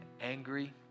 angry